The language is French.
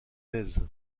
thèse